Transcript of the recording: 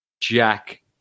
Jack